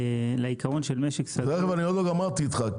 לעיקרון של משק סגור --- עוד לא גמרתי איתך,